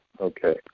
okay